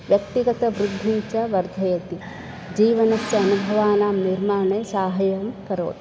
व्यक्तिगतबुद्धिं च वर्धयति जीवनस्य अनुभवानां निर्माणे सहायं करोति